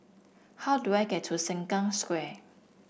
how do I get to Sengkang Square